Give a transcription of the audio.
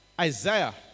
Isaiah